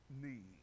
need